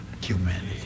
humanity